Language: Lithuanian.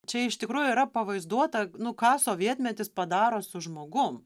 čia iš tikrųjų yra pavaizduota nu ką sovietmetis padaro su žmogum